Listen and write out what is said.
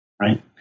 right